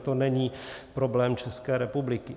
To není problém České republiky.